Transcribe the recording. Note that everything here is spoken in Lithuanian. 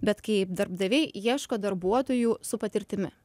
bet kaip darbdaviai ieško darbuotojų su patirtimi